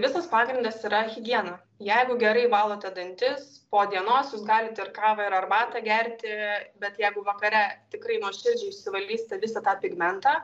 visas pagrindas yra viena jeigu gerai valote dantis po dienos galit ir kavą ir arbatą gerti bet jeigu vakare tikrai nuoširdžiai išsivalysite visą tą pigmentą